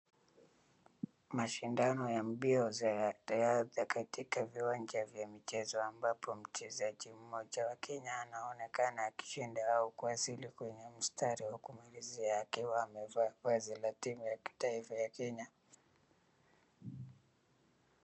Mashindano ya mbio za riadha katika viwanja vya michezo ambapo mchezaji mmoja wa Kenya anaonekana akishinda au kuwasili kwenye mstari wa kumalizia akiwa amevaa vazi la timu ya kitaifa ya Kenya.